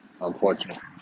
unfortunately